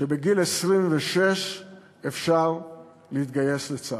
שבגיל 26 אפשר להתגייס לצה"ל?